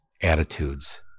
attitudes